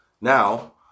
now